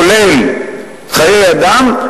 כולל בחיי אדם,